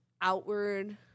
outward